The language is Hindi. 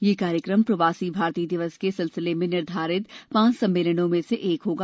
यह कार्यक्रम प्रवासी भारतीय दिवस के सिलसिले में निर्धारित पांच सम्मेलनों में से एक होगा